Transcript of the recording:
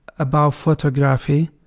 about photography,